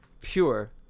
pure